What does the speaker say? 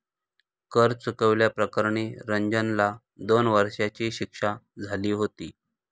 कर चुकवल्या प्रकरणी रंजनला दोन वर्षांची शिक्षा झाली होती